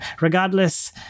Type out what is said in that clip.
regardless